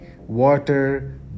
water